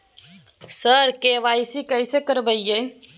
sir KYC कैसे करवाएं